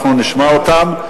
אנחנו נשמע אותם.